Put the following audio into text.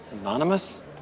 Anonymous